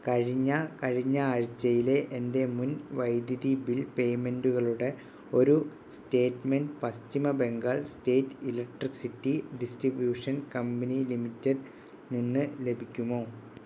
കഴിഞ്ഞ കഴിഞ്ഞയാഴ്ച്ചയിലെ എൻറ്റെ മുൻ വൈദ്യുതി ബിൽ പേയ്മെൻറ്റ്കളുടെ ഒരു സ്റ്റേറ്റ്മെൻറ്റ് പശ്ചിമ Bengal state electricity distribution company limited നിന്ന് ലഭിക്കുമോ